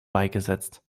beigesetzt